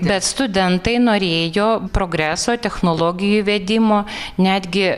bet studentai norėjo progreso technologijų įvedimo netgi